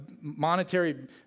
monetary